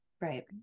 Right